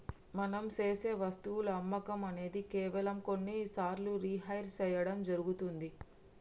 మనం సేసె వస్తువుల అమ్మకం అనేది కేవలం కొన్ని సార్లు రిహైర్ సేయడం జరుగుతుంది